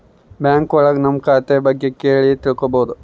bank ಒಳಗ ನಮ್ ಖಾತೆ ಬಗ್ಗೆ ಕೇಳಿ ತಿಳ್ಕೋಬೋದು